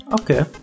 Okay